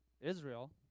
Israel